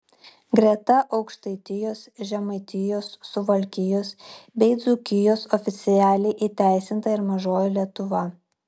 greta aukštaitijos žemaitijos suvalkijos bei dzūkijos oficialiai įteisinta ir mažoji lietuva